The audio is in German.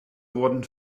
wurden